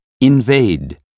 Invade